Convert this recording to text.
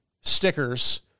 stickers